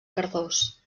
cardós